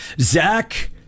Zach